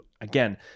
again